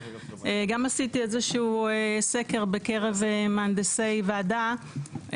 גם עשיתי איזשהו סקר בקרב מהנדסי וועדה,